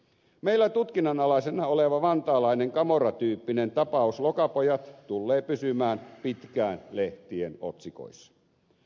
meillä tutkinnan alaisena oleva vantaalainen camorra tyyppinen tapaus lokapojat tullee pysymään pitkään lehtien otsikoissa